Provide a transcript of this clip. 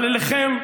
אבל אליכם,